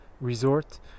resort